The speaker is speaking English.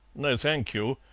no, thank you.